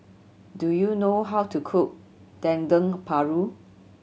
do you know how to cook Dendeng Paru